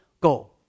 go